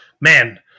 Man